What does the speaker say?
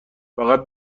فقط